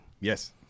Yes